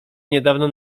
niedawno